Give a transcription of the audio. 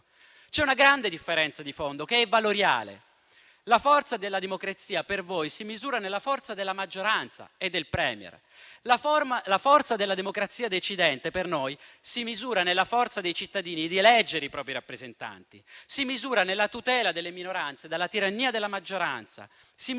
C'è una grande differenza di fondo che è valoriale: per voi, la forza della democrazia si misura nella forza della maggioranza e del *Premier*, mentre per noi la forza della democrazia decidente si misura nella forza dei cittadini di eleggere i propri rappresentanti, nella tutela delle minoranze dalla tirannia della maggioranza, nella